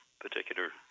particular